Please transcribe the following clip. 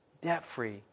debt-free